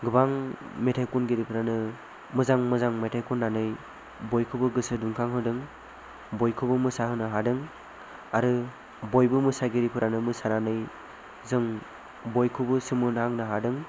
गोबां मेथाय खनगिरिफोरानो मोजां मोजां मेथाय खननानै बयखौबो गोसो दुंखां होदों बयखौबो मोसाहोनो हादों आरो बयबो मोसागिरिफोरानो मोसानानै जों बयखौबो सोमोनांहोनो हादों